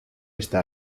está